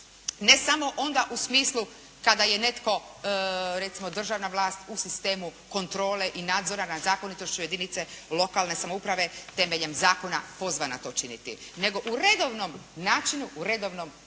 Ne samo onda u smislu kada je netko recimo, državna vlast u sistemu kontrole i nadzora nad zakonitošću jedinica lokalne samouprave temeljem zakona pozvana to činiti. Nego u redovnom načinu, u redovnom životu